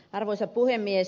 arvoisa puhemies